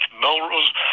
Melrose